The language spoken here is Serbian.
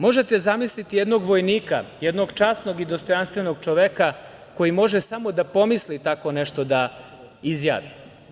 Možete zamisliti jednog vojnika, jednog časnog i dostojanstvenog čoveka koji može samo da pomisli tako nešto da izjavi.